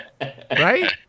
right